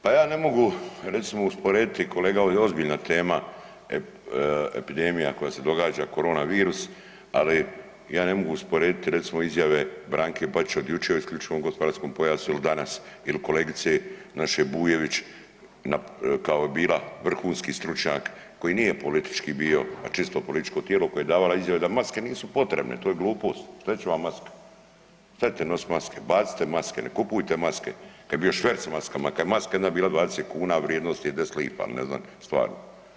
Pa ja ne mogu recimo usporediti, kolega ovo je ozbiljna tema, epidemija koja se događa korona virus, ali ja ne mogu usporediti recimo izjave Branka Bačića od jučer o isključivom gospodarskom pojasu il danas il kolegice naše Bujević kao je bila vrhunski stručnjak koji nije politički bio, a čisto političko tijelo koja je davala izjave da maske nisu potrebne, to je glupost, šta će vam maska, šta ćete nositi maske, bacite maske, ne kupujte maske, kad je bio šverc maskama kad je maska jedna bila 20 kuna, a vrijednost joj je 10 lipa ili ne znam stvarno.